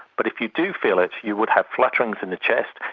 but if you do feel it you would have flutterings in the chest,